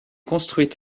construite